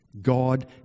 God